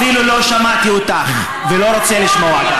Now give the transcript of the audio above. אפילו לא שמעתי אותך ולא רוצה לשמוע אותך.